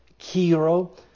Kiro